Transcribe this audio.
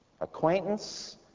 Acquaintance